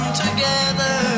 together